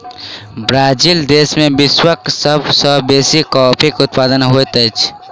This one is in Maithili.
ब्राज़ील देश में विश्वक सब सॅ बेसी कॉफ़ीक उत्पादन होइत अछि